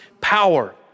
power